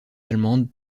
allemandes